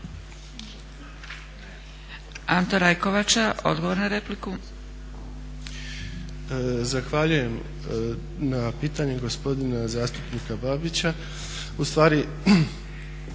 Anto Rajkovača, odgovor na repliku.